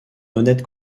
honnête